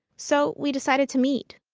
so we decided to meet.